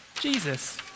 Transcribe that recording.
Jesus